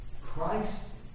Christ